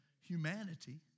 humanity